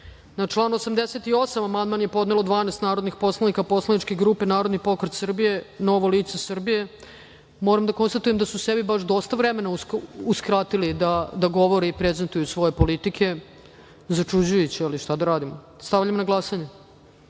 član 88. amandman je podnelo 12 narodnih poslanika poslaničke grupe Narodni pokret Srbije – Novo lice Srbije. Moram da konstatujem da su sebi baš dosta vremena uskratili da govore i prezentuju svoje politike. Začuđujuće, ali šta da radimo. Stavljam na glasanje